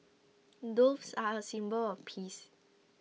doves are a symbol of peace